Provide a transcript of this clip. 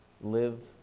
live